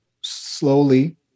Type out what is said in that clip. slowly